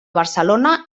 barcelona